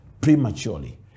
prematurely